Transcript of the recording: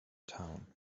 town